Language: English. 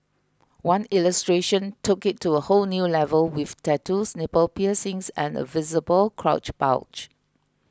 one illustration took it to a whole new level with tattoos nipple piercings and a visible crotch bulge